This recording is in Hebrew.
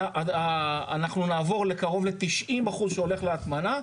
נעבור לקרוב ל-90% שהולך להטמנה,